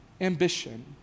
ambition